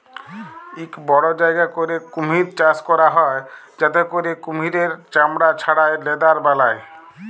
ইক বড় জায়গা ক্যইরে কুমহির চাষ ক্যরা হ্যয় যাতে ক্যইরে কুমহিরের চামড়া ছাড়াঁয় লেদার বালায়